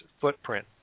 footprint